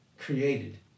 created